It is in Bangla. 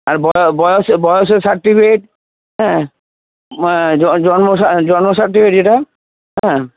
আর বয়স বয়সের সার্টিফিকেট হ্যাঁ জন্ম জন্ম সার্টিফিকেট যেটা হ্যাঁ